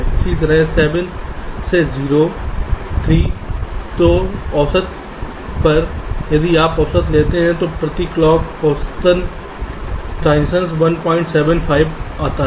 इसी तरह 7 से 0 3 तो औसत पर यदि आप औसत लेते हैं तो प्रति क्लॉक औसत ट्रांसिशन्स 175 आता है